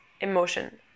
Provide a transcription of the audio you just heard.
emotion